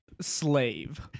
Slave